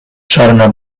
czarna